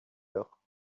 heure